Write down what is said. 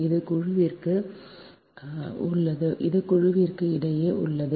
இது குழுவிற்குள் உள்ளது இது குழுவிற்கு இடையே உள்ளது